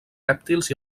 rèptils